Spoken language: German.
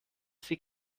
sie